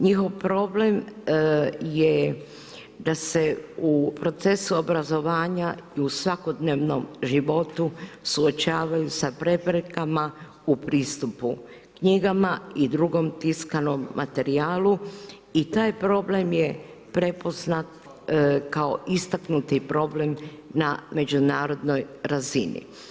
Njihov problem je da se u procesu obrazovanja i u svakodnevnom životu suočavaju u preprekama u pristupu knjigama i drugom tiskanom materijalu i taj problem je prepoznat kao istaknuti problem na međunarodnoj razini.